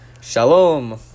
Shalom